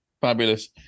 Fabulous